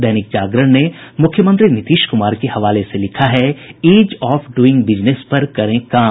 दैनिक जागरण ने मुख्यमंत्री नीतीश कुमार के हवाले से लिखा है ईज ऑफ डूइंग बिजनेस पर करें काम